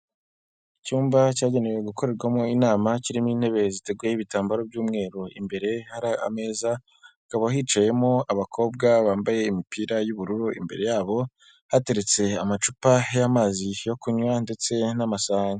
Icyumba cyagenewe gukorerwamo inama kirimo intebe ziteguyeho ibitambaro by'umweru imbere hari ameza. Hakaba hicayemo abakobwa bambaye imipira y'ubururu, imbere yabo hateretse amacupa y'amazi yo kunywa ndetse n'amasahani.